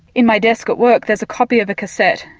in my desk at work there is a copy of a cassette,